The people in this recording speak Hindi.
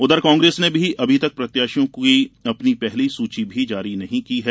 उधर कांग्रेस ने भी अभी तक प्रत्याशियों की अपनी पहली सूची भी जारी नहीं की है